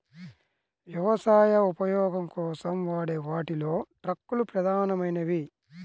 వ్యవసాయ ఉపయోగం కోసం వాడే వాటిలో ట్రక్కులు ప్రధానమైనవి